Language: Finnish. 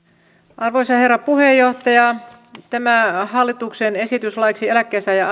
arvoisa herra puheenjohtaja tämä hallituksen esitys laiksi eläkkeensaajan